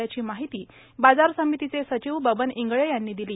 अशी माहिती बाजार समितीचे सचिव बबन इंगळे यांनी दिली